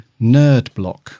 Nerdblock